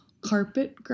carpet